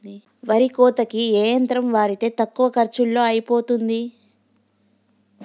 వరి కోతకి ఏ యంత్రం వాడితే తక్కువ ఖర్చులో అయిపోతుంది?